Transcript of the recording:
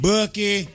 Bucky